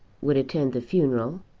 would attend the funeral,